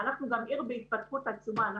צריך לזכור שאנחנו עיר בהתפתחות עצומה,